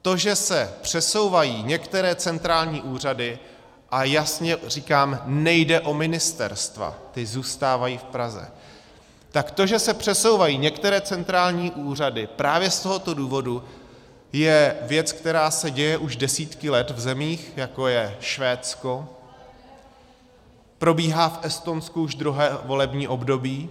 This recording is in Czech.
To, že se přesouvají některé centrální úřady a jasně říkám, nejde o ministerstva, ta zůstávají v Praze tak to, že se přesouvají některé centrální úřady, právě z tohoto důvodu je věc, která se děje už desítky let v zemích, jako je Švédsko, probíhá v Estonsku už druhé volební období.